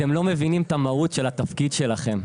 אתם לא מבינים את המהות של התפקיד שלהם.